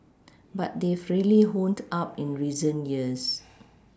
but they've really honed up in recent years